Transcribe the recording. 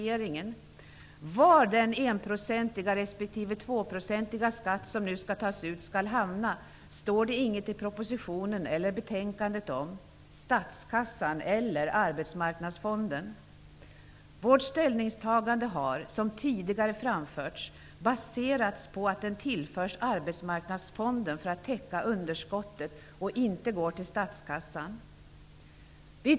Det står inget i vare sig propositionen eller betänkandet om var den 1 procentiga respektive 2-procentiga skatt som nu skall tas ut skall hamna, om den skall hamna i statskassan eller i Arbetsmarknadsfonden. Vårt ställningstagande har -- som tidigare framförts -- baserats på att denna skatt skall tillföras Arbetsmarknadsfonden för att täcka underskottet. Den skall alltså inte gå till statskassan.